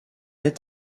est